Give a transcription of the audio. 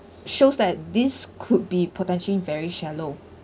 shows that this could be potentially very shallow